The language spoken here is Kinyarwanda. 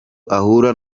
ahura